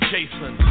Jason